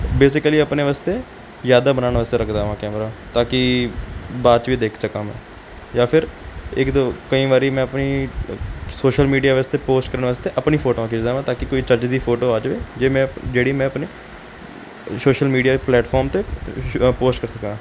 basically ਆਪਣੇ ਵਾਸਤੇ ਯਾਦਾਂ ਬਣਾਉਣ ਵਾਸਤੇ ਰੱਖਦਾ ਹਾਂ ਕੈਮਰਾ ਤਾਂ ਕਿ ਬਾਅਦ 'ਚ ਵੀ ਦੇਖ ਸਕਾਂ ਮੈਂ ਜਾਂ ਫਿਰ ਇੱਕ ਦੋ ਕਈ ਵਾਰੀ ਮੈਂ ਆਪਣੀ ਸੋਸ਼ਲ ਮੀਡੀਆ ਵਾਸਤੇ ਪੋਸਟ ਕਰਨ ਵਾਸਤੇ ਆਪਣੀ ਫੋਟੋਆਂ ਖਿੱਚਦਾ ਹਾਂ ਤਾਂ ਕਿ ਕੋਈ ਚੱਜ ਦੀ ਫੋਟੋ ਆ ਜਾਵੇ ਜੇ ਮੈਂ ਜਿਹੜੀ ਮੈਂ ਆਪਣੇ ਸੋਸ਼ਲ ਮੀਡੀਆ ਪਲੇਟਫਾਰਮ 'ਤੇ ਪੋਸਟ ਕਰ ਸਕਾਂ